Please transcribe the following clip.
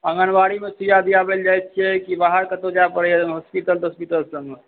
आङनबाड़ीमे सुइआ दिआबय लऽ जाइत छियै कि बाहर कतहुँ जाय पड़ैए हॉस्पिटल तोटपिटल सभमे